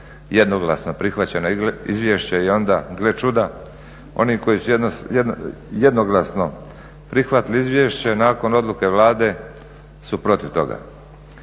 jednoglasno prihvaćeno izvješće i onda gle čuda oni koji su jednoglasno prihvatili izvješće nakon odluke Vlade su protiv toga.